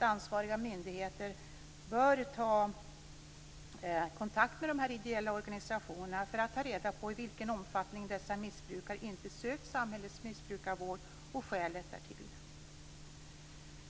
Ansvariga myndigheter bör därför enligt vår uppfattning ta kontakt med dessa ideella organisationer för att ta reda på i vilken omfattning dessa missbrukare inte sökt samhällets missbrukarvård och skälet därtill.